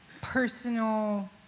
personal